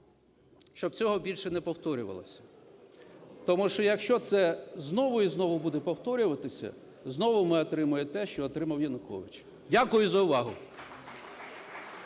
щоб цього більше не повторювалося. Тому що, якщо це знову і знову буде повторюватися, знову ми отримаємо те, що отримав Янукович. Дякую за увагу.